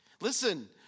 listen